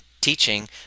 teaching